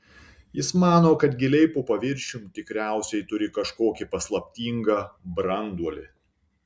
jis mano kad giliai po paviršium tikriausiai turi kažkokį paslaptingą branduolį